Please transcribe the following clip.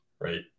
right